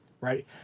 right